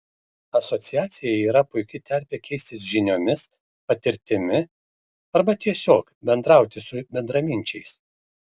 asociacija yra puiki terpė keistis žiniomis patirtimi arba tiesiog bendrauti su bendraminčiais